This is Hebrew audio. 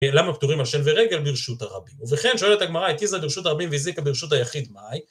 למה פתורים על שן ורגל ברשות הרבים? ובכן, שואלת הגמראי, תיזה לברשות הרבים וזיקה ברשות היחיד מאי.